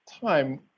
time